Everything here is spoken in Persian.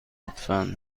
لطفا